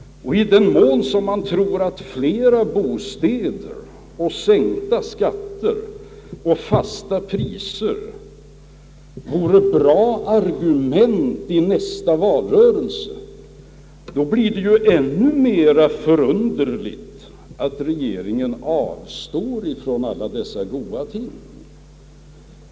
I den mån som man tror att flera bostäder, sänkta skatter och fasta priser vore ett bra argument i nästa valrörelse, blir det ju ännu mer förunderligt att regeringen avstår från alla dessa goda ting.